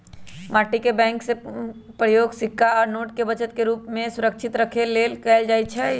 माटी के बैंक के प्रयोग सिक्का आ नोट के बचत के रूप में सुरक्षित रखे लेल कएल जाइ छइ